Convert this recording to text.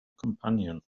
companion